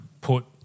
put